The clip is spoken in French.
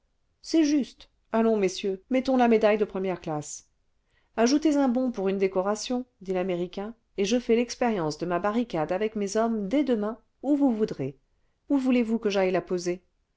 c'est juste allons messieurs mettons la médaille de première classe ajoutez un bon pour une décoration dit l'américain et je fais l'expérience de ma barricade avec mes hommes dès demain où vous voudrez où voulez-vous que j'aille la poser